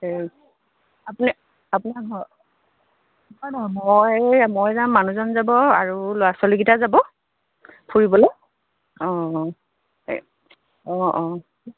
আপুনি আপোনাৰ ঘৰ নহয় নহয় মই যাম মানুহজন যাব আৰু ল'ৰা ছোৱালীকেইটা যাব ফুৰিবলৈ অঁ অঁ অঁ